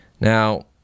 Now